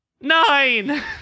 Nine